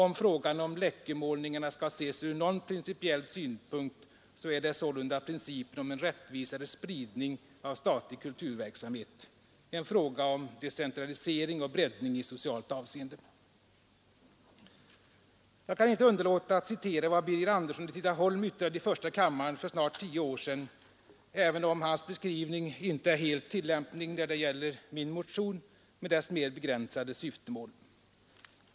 Om frågan om Läckömålningarna skall ses ur någon principiell synpunkt är det sålunda principen om en rättvisare spridning av statlig kulturverksamhet, en fråga om decentralisering och breddning i socialt avseende. Jag kan inte underlåta att citera vad Birger Andersson i Tidaholm yttrade i första kammaren för snart tio år sedan, även om hans beskrivning inte är helt tillämplig när det gäller min motion med dess mer begränsade syftemål.